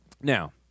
Now